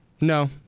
no